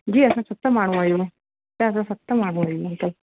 जी असां सत माण्हू आहियूं त असां सत माण्हू आहियूं अंकल